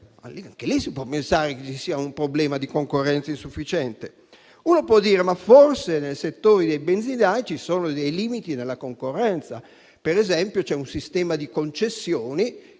infatti si può pensare che ci sia un problema di concorrenza insufficiente. Si può dire che forse nel settore dei benzinai ci sono limiti nella concorrenza: per esempio, c'è un sistema di concessioni